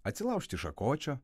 atsilaužti šakočio